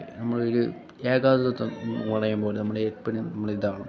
നമ്മളിൽ ഏകാതത്വം പണയുമ്പോൾ നമ്മൾ എപ്പോഴും നമ്മൾ ഇതാവണം